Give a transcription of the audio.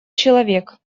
человек